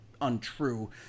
untrue